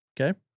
okay